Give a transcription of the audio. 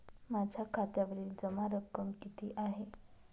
माझ्या खात्यावरील जमा रक्कम किती आहे?